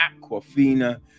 Aquafina